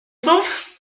souffle